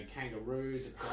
kangaroos